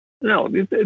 No